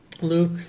Luke